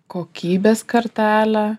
kokybės kartelę